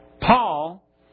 Paul